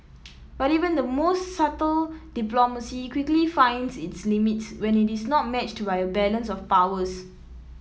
but even the most subtle diplomacy quickly finds its limits when it is not matched by a balance of powers